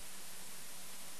יושב פה חבר הכנסת מולה,